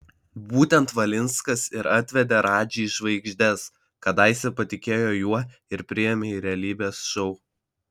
būtent valinskas ir atvedė radži į žvaigždes kadaise patikėjo juo ir priėmė į realybės šou